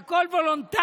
זה הכול וולונטרי,